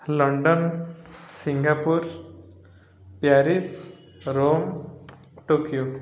London Singapore Paris Rome Tokyo